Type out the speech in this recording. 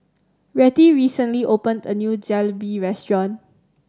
Rettie recently opened a new Jalebi Restaurant